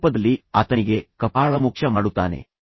ಕೋಪದಲ್ಲಿ ಆತನಿಗೆ ಕಪಾಳಮೋಕ್ಷ ಮಾಡುತ್ತಾನೆ